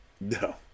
No